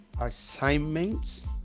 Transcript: assignments